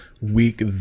week